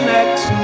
Next